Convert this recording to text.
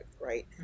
right